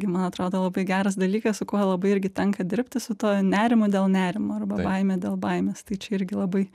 man atrodo labai geras dalykas su kuo labai irgi tenka dirbti su tuo nerimu dėl nerimo arba baime dėl baimės tai čia irgi labai